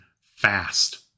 FAST